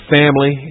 family